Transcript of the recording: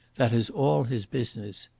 that is all his business.